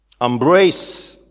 Embrace